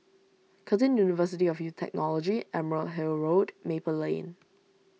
Curtin University of U Technology Emerald Hill Road Maple Lane